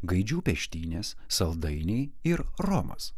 gaidžių peštynės saldainiai ir romas